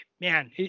Man